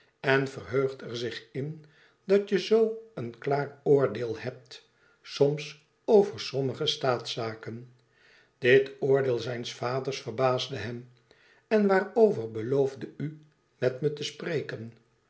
en verheugt er zich in dat je zoo een klaar oordeel hebt soms over sommige staatszaken dit oordeel zijns vaders verbaasde hem en waarover beloofde u met me te spreken